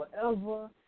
forever